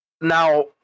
Now